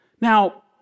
Now